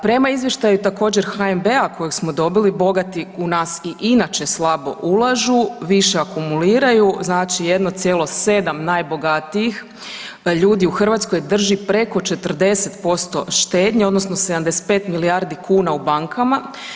Prema izvještaju također HNB-a kojeg smo dobili, bogati u nas i inače slabo ulažu više akumuliraju, znači 1,7 najbogatijih ljudi u Hrvatskoj drži preko 40% štednje odnosno 75 milijardi kuna u bankama.